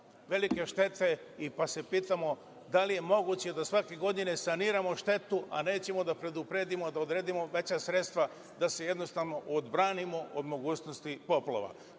velike štete. Pa se pitamo, da li je moguće da svake godine saniramo štetu, a nećemo da predupredimo, da odredimo veća sredstva, da se jednostavno odbranimo od mogućnosti poplava?